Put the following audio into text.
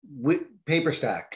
Paperstack